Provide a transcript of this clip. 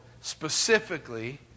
specifically